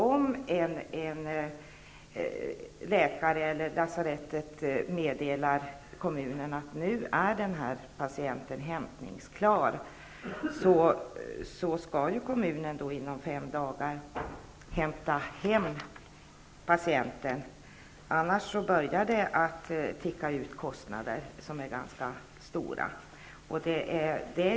Om en läkare eller ett lasarett meddelar kommunen att patienten är hämtningsklar, skall kommunen inom fem dagar hämta hem patienten. Annars kan det bli ganska stora kostnader.